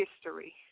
history